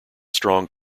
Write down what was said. strong